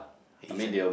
adhesion